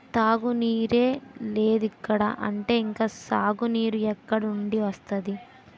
తాగునీరే లేదిక్కడ అంటే ఇంక సాగునీరు ఎక్కడినుండి వస్తది?